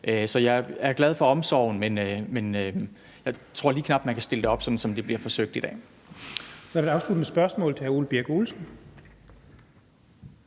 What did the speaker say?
Så jeg er glad for omsorgen, men jeg tror lige knap man kan stille det op sådan, som det bliver forsøgt i dag.